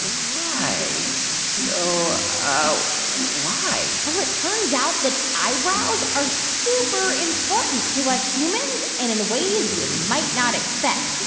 right. so why? well, it turns out that eyebrows are super important to us humans and in ways you might not expect.